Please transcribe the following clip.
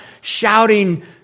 shouting